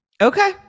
Okay